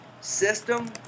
system